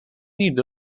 need